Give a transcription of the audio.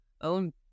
own